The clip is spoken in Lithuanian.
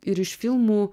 ir iš filmų